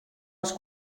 els